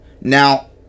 Now